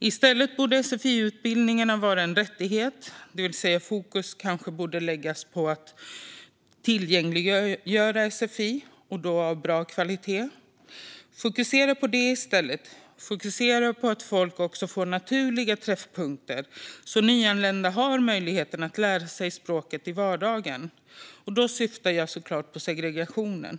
I stället borde sfi-utbildningarna vara en rättighet, det vill säga att man borde fokusera på att tillgängliggöra sfi, och då av bra kvalitet. Fokusera på det i stället! Fokusera på att folk också får naturliga träffpunkter så att nyanlända har möjligheten att lära sig språket i vardagen! Då syftar jag såklart på segregationen.